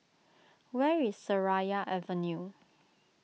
where is Seraya Avenue